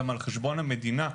גם על חשבון המדינה,